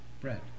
bread